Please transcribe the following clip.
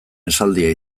esaldia